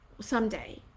someday